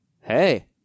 Hey